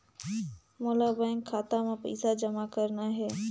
मोला बैंक खाता मां पइसा जमा करना हे?